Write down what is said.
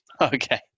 Okay